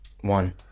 One